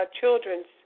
children's